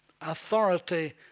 authority